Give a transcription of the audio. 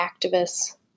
activists